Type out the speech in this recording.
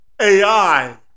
AI